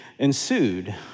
ensued